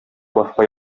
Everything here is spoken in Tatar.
башка